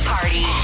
Party